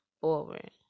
forward